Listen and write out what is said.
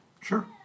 Sure